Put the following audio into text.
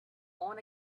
own